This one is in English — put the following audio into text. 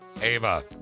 Ava